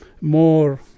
more